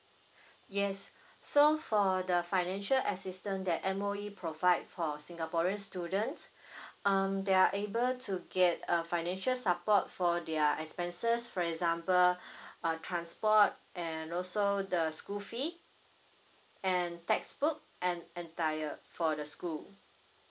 yes so for the financial assistance that M_O_E provide for singaporean students um they are able to get a financial support for their expenses for example a transport and also the school fee and textbook and entire for the school